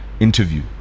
interview